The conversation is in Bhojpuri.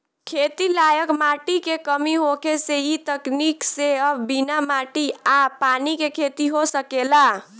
खेती लायक माटी के कमी होखे से इ तकनीक से अब बिना माटी आ पानी के खेती हो सकेला